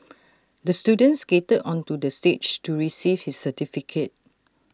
the student skated onto the stage to receive his certificate